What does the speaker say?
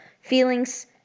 feelings